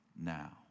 now